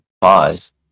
pause